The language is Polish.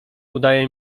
udaje